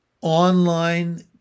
online